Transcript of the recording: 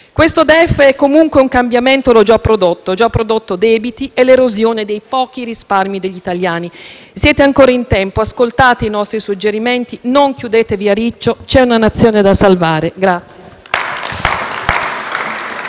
Questo DEF comunque un cambiamento lo ha già prodotto: ha già prodotto debiti e l'erosione dei pochi risparmi degli italiani. Siete ancora in tempo. Ascoltate i nostri suggerimenti e non chiudetevi a riccio: c'è una Nazione da salvare.